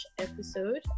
episode